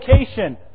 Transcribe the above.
education